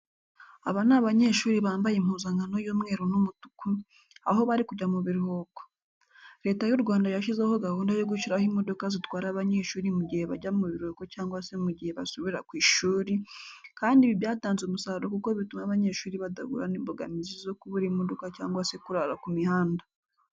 Aba ni abanyeshuri bambaye impuzankano y'umweru n'umutuku, aho bari kujya mu biruhuko. Leta y'u Rwanda yashyizeho gahunda yo gushyiraho imodoka zitwara abanyeshuri mu gihe bajya mu biruhuko cyangwa se mu gihe basubira ku ishuri, kandi ibi byatanze umusaruro kuko bituma abanyeshuri badahura n'imbogamizi zo kubura imodoka cyangwa se kurara ku mihanda.